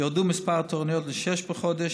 ירדו מספר התורנויות לשש בחודש.